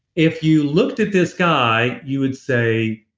if you looked at this guy, you would say,